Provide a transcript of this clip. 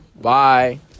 Bye